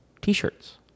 t-shirts